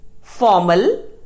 formal